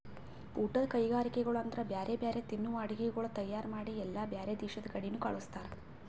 ಊಟದ್ ಕೈಗರಿಕೆಗೊಳ್ ಅಂದುರ್ ಬ್ಯಾರೆ ಬ್ಯಾರೆ ತಿನ್ನುವ ಅಡುಗಿಗೊಳ್ ತೈಯಾರ್ ಮಾಡಿ ಎಲ್ಲಾ ಬ್ಯಾರೆ ದೇಶದ ಕಡಿನು ಕಳುಸ್ತಾರ್